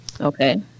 Okay